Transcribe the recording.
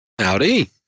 howdy